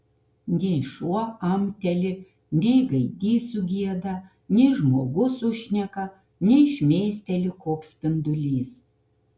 nei šuo amteli nei gaidys sugieda nei žmogus sušneka nei šmėsteli koks spindulys